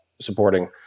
supporting